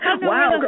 Wow